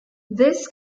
this